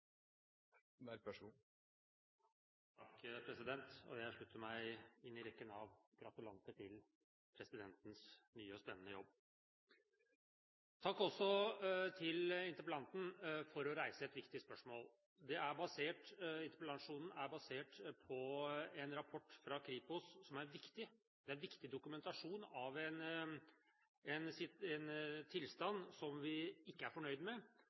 Takk også til interpellanten for å reise et viktig spørsmål. Interpellasjonen er basert på en rapport fra Kripos, som er viktig. Det er viktig dokumentasjon av en tilstand vi ikke er fornøyd med,